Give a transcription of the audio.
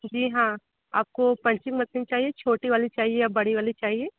जी हाँ आपको punching machine चाहिए छोटी वाली चाहिए या बड़ी वाली चाहिए